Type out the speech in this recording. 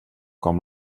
com